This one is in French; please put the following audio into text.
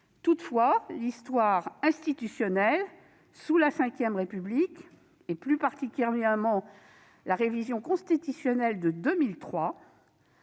Toutefois l'histoire institutionnelle de la V République, et particulièrement la révision constitutionnelle de 2003,